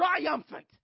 triumphant